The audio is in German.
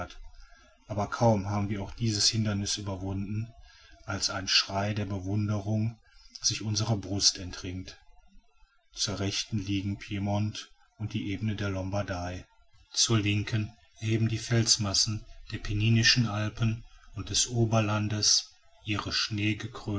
aber kaum haben wir auch dies hinderniß überwunden als ein schrei der bewunderung sich unserer brust entringt zur rechten liegen piemont und die ebenen der lombardei zur linken erheben die felsenmassen der penninischen alpen und des oberlandes ihre